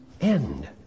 end